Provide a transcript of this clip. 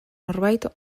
norbait